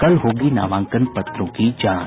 कल होगी नामांकन पत्रों की जांच